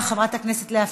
חבר הכנסת עמר בר-לב,